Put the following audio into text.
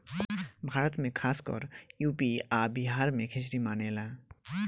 भारत मे खासकर यू.पी आ बिहार मे खिचरी मानेला